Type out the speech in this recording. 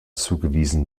zugewiesen